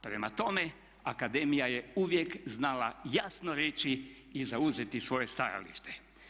Prema tome, akademija je uvijek znala jasno reći i zauzeti svoje stajalište.